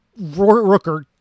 Rooker